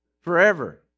forever